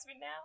now